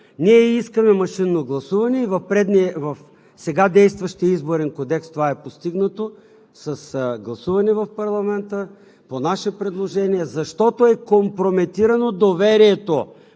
Ние искаме машинно гласуване и в сега действащия Изборен кодекс. Това е постигнато с гласуване в парламента по наше предложение, защото е компрометирано доверието